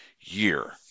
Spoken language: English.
year